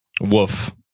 Woof